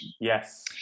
Yes